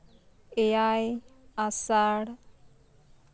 ᱮᱭᱟᱭ ᱟᱥᱟᱲ